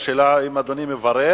השאלה אם אדוני מברך,